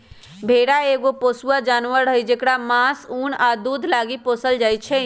भेड़ा एगो पोसुआ जानवर हई जेकरा मास, उन आ दूध लागी पोसल जाइ छै